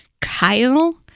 Kyle